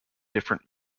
different